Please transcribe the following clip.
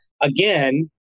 again